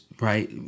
right